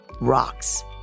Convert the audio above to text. rocks